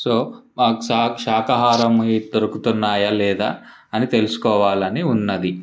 so మాకు సాక్ శాకాహారం దొరుకుతున్నాయా లేదా అని తెలుసుకోవాలని ఉన్నది